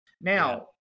Now